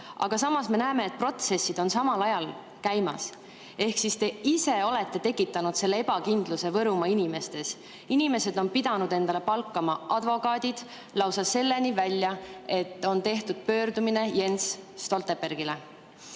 Samas me näeme, et protsessid on käimas. Ehk siis te ise olete tekitanud selle ebakindluse Võrumaa inimestes. Inimesed on pidanud endale palkama advokaadid, lausa selleni välja, et on tehtud pöördumine Jens Stoltenbergile. Ilmselt